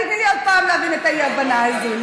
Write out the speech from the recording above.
אל תיתני לי עוד פעם להבהיר את האי-הבנה הזאת,